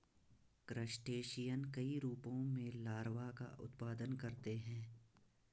crustacean कई रूपों में लार्वा का उत्पादन करते हैं